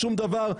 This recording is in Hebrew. שום דבר,